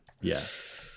Yes